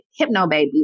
hypnobabies